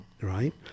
right